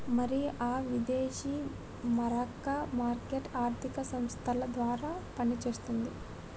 మరి ఆ విదేశీ మారక మార్కెట్ ఆర్థిక సంస్థల ద్వారా పనిచేస్తుంది